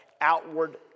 outward